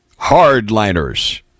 Hardliners